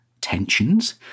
tensions